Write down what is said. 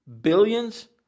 Billions